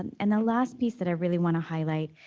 and and the last piece that i really want to highlight,